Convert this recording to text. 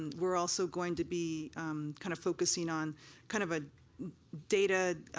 and we're also going to be kind of focusing on kind of a data